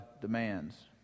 demands